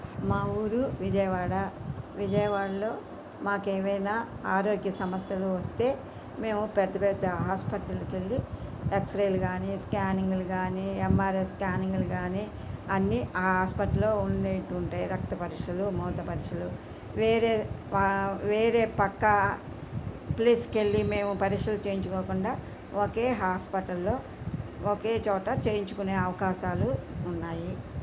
మా ఊరు విజయవాడ విజయవాడలో మాకు ఏమైనా ఆరోగ్య సమస్యలు వస్తే మేము పెద్ద పెద్ద హస్పెటల్కి వెళ్ళి ఎక్స్రేలు గాని స్కానింగులు కానీ ఎం ఆర్ ఐ స్కానింగ్లు కానీ అన్ని ఆ హస్పెటల్లో ఉండేటివి ఉంటాయి రక్త పరీక్షలు మూత్ర పరీక్షలు వేరే వేరే పక్క ప్లేస్కి వెళ్ళి మేము పరీక్షలు చేయించుకోకుండా ఒకే హాస్పటల్లో ఒకే చోట చేయించుకునే అవకాశాలు ఉన్నాయి